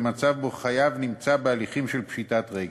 במצב שבו החייב נמצא בהליכים של פשיטת רגל.